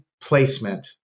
placement